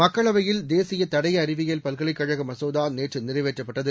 மக்களவையில் தேசிய தடய அறிவியல் பல்கலைக் கழக மசோதா நேற்று நிறைவேற்றப்பட்டது